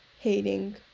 hating